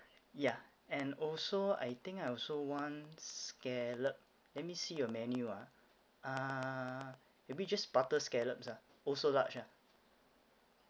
ya and also I think I also want scallop let me see your menu ah uh maybe just butter scallops ah also large ah